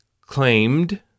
claimed